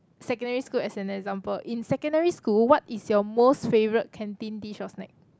secondary school as an example in secondary school what is your most favourite canteen dish or snack